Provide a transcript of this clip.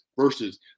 versus